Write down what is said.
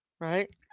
right